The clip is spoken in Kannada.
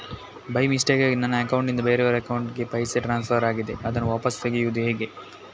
ಬೈ ಮಿಸ್ಟೇಕಾಗಿ ನನ್ನ ಅಕೌಂಟ್ ನಿಂದ ಬೇರೆಯವರ ಅಕೌಂಟ್ ಗೆ ಪೈಸೆ ಟ್ರಾನ್ಸ್ಫರ್ ಆಗಿದೆ ಅದನ್ನು ವಾಪಸ್ ತೆಗೆಯೂದು ಹೇಗೆ?